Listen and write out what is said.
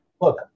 look